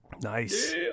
Nice